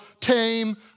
tame